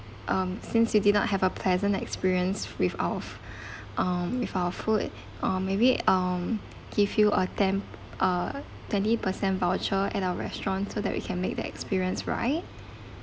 um since you did not have a pleasant experience with our f~ um with our food uh maybe um give you a ten uh twenty per cent voucher at our restaurant so that we can make the experience right